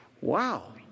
Wow